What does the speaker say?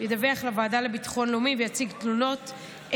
ידווח לוועדה לביטחון לאומי ויציג את נתוני